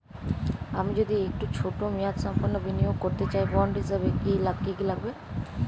আমি যদি একটু ছোট মেয়াদসম্পন্ন বিনিয়োগ করতে চাই বন্ড হিসেবে কী কী লাগবে?